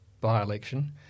by-election